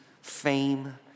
fame